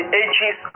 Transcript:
ages